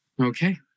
Okay